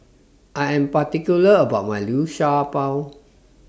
I Am particular about My Liu Sha Bao